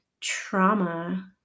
trauma